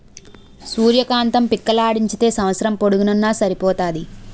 సూర్య కాంతం పిక్కలాడించితే సంవస్సరం పొడుగునూన సరిపోతాది